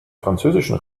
französischen